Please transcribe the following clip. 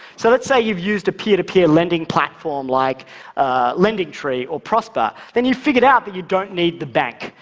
so let's say you've used a peer-to-peer lending platform like lending tree or prosper, then you've figured out that you don't need the bank,